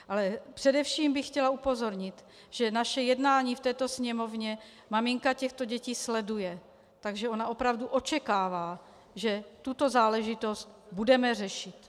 Ale především bych chtěla upozornit, že naše jednání v této sněmovně maminka těchto dětí sleduje, takže ona opravdu očekává, že tuto záležitost budeme řešit.